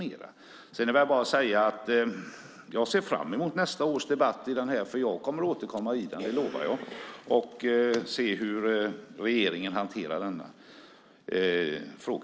Sedan vill jag bara säga att jag ser fram emot nästa års debatt, för jag kommer att återkomma i ämnet, det lovar jag, för att se hur regeringen hanterar denna fråga.